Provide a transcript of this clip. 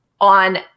on